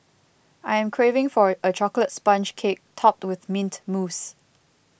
I am craving for a a Chocolate Sponge Cake Topped with Mint Mousse